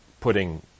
putting